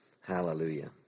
Hallelujah